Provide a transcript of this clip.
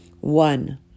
One